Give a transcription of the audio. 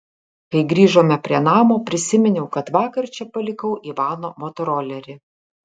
kai grįžome prie namo prisiminiau kad vakar čia palikau ivano motorolerį